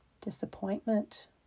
Disappointment